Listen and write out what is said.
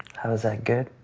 how is that good?